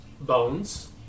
Bones